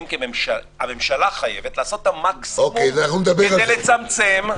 הממשלה חייבת לעשות את המקסימום כדי לצמצם.